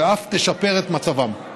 ואף תשפר את מצבם.